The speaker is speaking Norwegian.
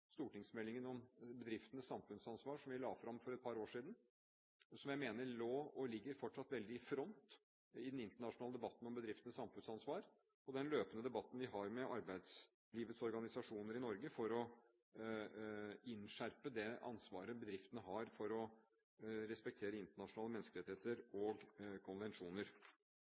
stortingsmeldingen om bedriftenes samfunnsansvar, som vi la fram for et par år siden, som jeg mener lå – og fortsatt ligger – veldig i front i den internasjonale debatten om bedriftenes samfunnsansvar og i den løpende debatten vi har med arbeidslivets organisasjoner i Norge for å innskjerpe det ansvaret bedriftene har for å respektere internasjonale menneskerettigheter og konvensjoner.